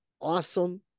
awesome